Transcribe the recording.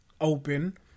open